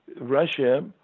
Russia